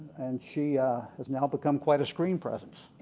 and she has now become quite a screen presence.